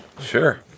Sure